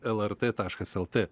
lrt taškas lt